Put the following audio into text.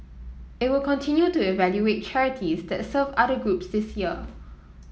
it will continue to evaluate charities that serve other groups this year